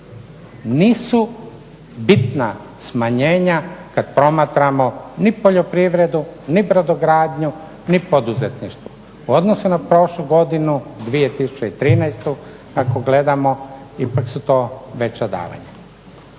Nisu bitna smanjenja kad promatramo ni poljoprivredu ni brodogradnju ni poduzetništvo. U odnosu na prošlu godinu 2013. ako gledamo ipak su to veća davanja.